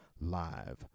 live